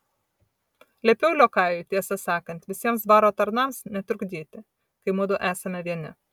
liepiau liokajui tiesą sakant visiems dvaro tarnams netrukdyti kai mudu esame vieni